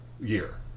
year